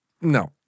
No